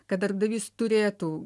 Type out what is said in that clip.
kad darbdavys turėtų